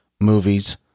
movies